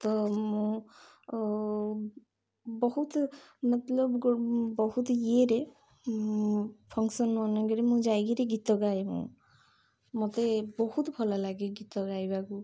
ତ ମୁଁ ବହୁତ ମତଲବ ବହୁତ ଇଏରେ ଫଙ୍କସନ୍ ମାନଙ୍କରେ ମୁଁ ଯାଇକରି ଗୀତ ଗାଏ ମୁଁ ମୋତେ ବହୁତ ଭଲ ଲାଗେ ଗୀତ ଗାଇବାକୁ